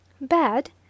Bad